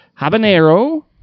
habanero